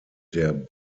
der